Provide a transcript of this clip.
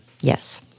Yes